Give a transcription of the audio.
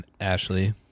Ashley